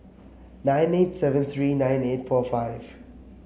nine eight seven three nine eight four five